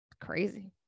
crazy